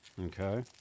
Okay